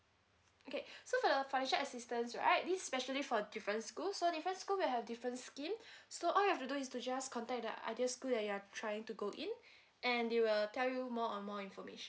okay so the financial assistance right this is specially for different school so different school will have different scheme so all you have to do is to just contact the other school that you are trying to go in and they will tell you more on more information